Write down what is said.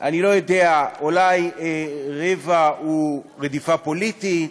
אני לא יודע, אולי רבע הוא רדיפה פוליטית,